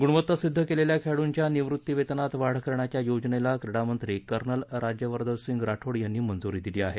गुणवत्ता सिद्ध केलेल्या खेळाडूंच्या निवृत्ती वेतनात वाढ करण्याच्या योजनेला क्रिडामंत्री कर्नल राज्यवर्धन राठोड यांनी मंजूरी दिली आहे